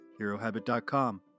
Herohabit.com